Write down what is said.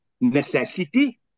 necessity